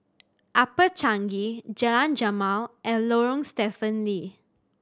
Upper Changi Jalan Jamal and Lorong Stephen Lee